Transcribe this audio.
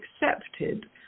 accepted